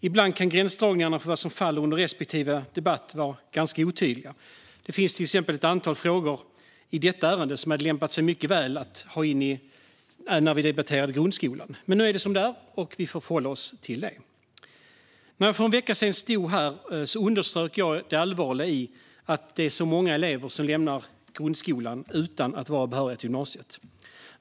Ibland kan gränsdragningarna för vad som faller under respektive debatt vara ganska otydliga. Det finns till exempel ett antal frågor i detta ärende som lämpat sig mycket väl i en debatt om grundskolan. Men nu är det som det är, och vi får förhålla oss till det. När jag för en vecka sedan stod här underströk jag det allvarliga i att det är så många elever som lämnar grundskolan utan att vara behöriga till gymnasiet.